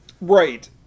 Right